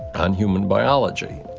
on human biology.